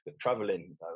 traveling